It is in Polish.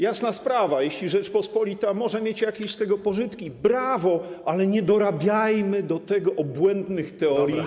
Jasna sprawa, jeśli Rzeczpospolita może mieć jakieś z tego pożytki, brawo, ale nie dorabiajmy do tego obłędnych teorii.